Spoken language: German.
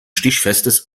stichfestes